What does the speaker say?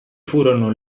furono